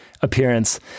appearance